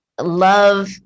love